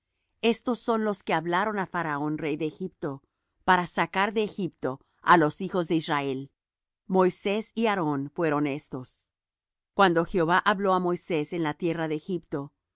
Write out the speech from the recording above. estos son los que hablaron á faraón rey de egipto para sacar de egipto á los hijos de israel moisés y aarón fueron éstos cuando jehová habló á moisés en la tierra de egipto